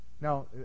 Now